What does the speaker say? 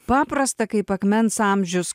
paprastą kaip akmens amžius